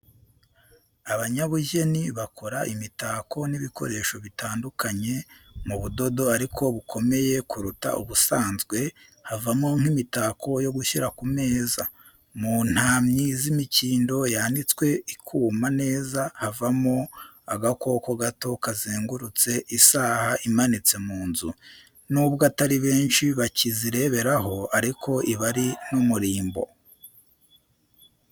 Abanyabugeni bakora imitako n'ibikoresho bitandukanye, mu budodo ariko bukomeye kuruta ubusanzwe, havamo nk'imitako yo gushyira ku meza. Mu ntamyi z'imikindo yanitswe ikuma neza havamo agakoko gato kazengurutse isaha imanitse mu nzu, n'ubwo atari benshi bakizireberaho, ariko iba ari n'umurimbo.